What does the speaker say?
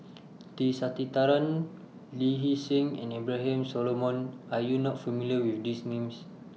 T Sasitharan Lee Hee Seng and Abraham Solomon Are YOU not familiar with These Names